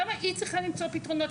למה היא צריכה למצוא פתרונות?